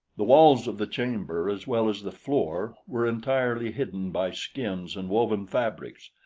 the walls of the chamber as well as the floor were entirely hidden by skins and woven fabrics.